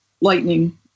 lightning